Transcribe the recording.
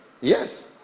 Yes